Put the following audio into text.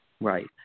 Right